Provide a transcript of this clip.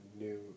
new